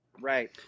right